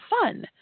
fun